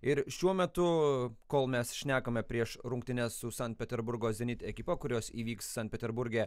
ir šiuo metu kol mes šnekame prieš rungtynes su sankt peterburgo zenit ekipa kurios įvyks sankt peterburge